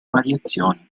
variazioni